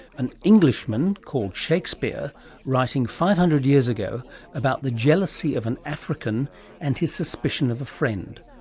an english man called shakespeare writing five hundred years ago about the jealousy of an african and his suspicion of a friend.